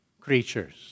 creatures